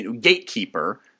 gatekeeper